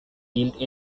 built